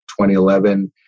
2011